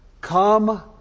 Come